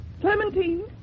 Clementine